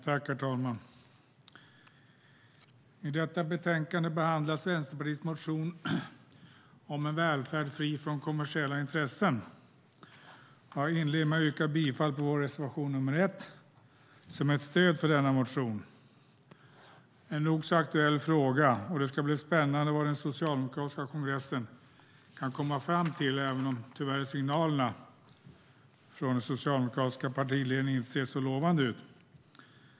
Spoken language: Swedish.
Herr talman! I detta betänkande behandlas Vänsterpartiets motion om en välfärd fri från kommersiella intressen. Jag inleder med att yrka bifall på vår reservation 1 som är ett stöd för denna motion. Det är en nog så aktuell fråga, och det ska bli spännande att se vad den socialdemokratiska kongressen kan komma fram till även om signalerna från den socialdemokratiska partiledningen tyvärr inte ser så lovande ut.